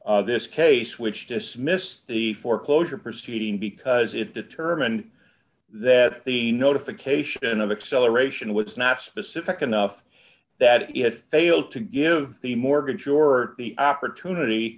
to this case which dismissed the foreclosure proceeding because it determined that the notification of acceleration was snatched pacific enough that it failed to give the mortgage or the opportunity